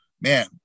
Man